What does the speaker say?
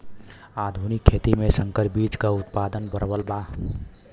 आधुनिक खेती में संकर बीज क उतपादन प्रबल बा